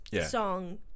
song